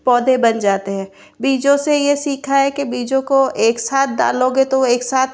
पौधें बन जाते हैं बीजों से ये सीखा हैं के बीजों को एक साथ डालोगे तो वो एक साथ